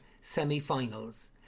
semi-finals